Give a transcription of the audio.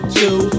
two